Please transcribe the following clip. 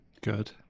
Good